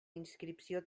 inscripció